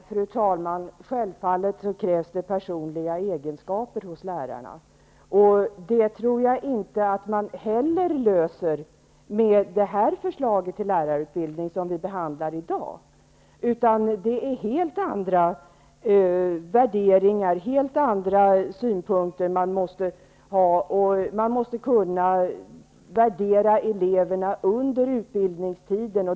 Fru talman! Självfallet krävs personliga egenskaper hos lärare. Jag tror inte att man åstadkommer sådana med det förslag till lärarutbildning vi behandlar i dag. Det är helt andra värderingar och synpunkter som man måste ha. Man måste kunna värdera eleverna under utbildningstiden.